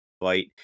fight